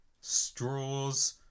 straws